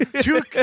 Two